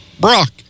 Brock